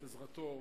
את עזרתו,